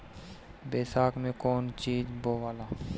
बैसाख मे कौन चीज बोवाला?